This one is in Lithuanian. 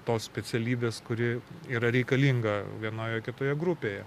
tos specialybės kuri yra reikalinga vienoje ar kitoje grupėje